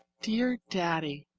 dear daddy,